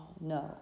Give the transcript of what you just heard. no